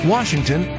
Washington